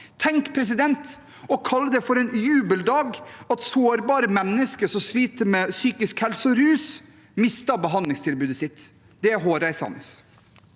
Tenk å kalle det for en jubeldag når sårbare mennesker som sliter med psykisk helse og rus, mister behandlingstilbudet sitt. Det er hårreisende.